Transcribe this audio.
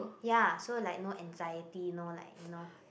ya so like no anxiety no like you know